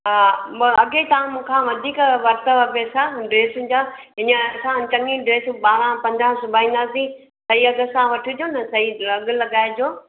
हा ॿ अॻे तां मूंखां वधीक वरतव पेसा ड्रेसुनि जा ईअं असां चङी ॿाहिरां पंजाहु सिबाईदासीं सही अघ सां वठिजो न सही अघु लॻाइजो